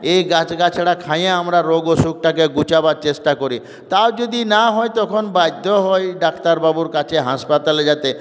এ গাছগাছরা খাইয়ে আমরা রোগ অসুখটাকে ঘুচাবার চেষ্টা করি তাও যদি না হয় তখন বাধ্য হই ডাক্তারবাবুর কাছে হাসপাতালে যেতে